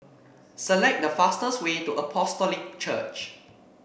select the fastest way to Apostolic Church